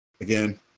again